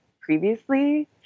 previously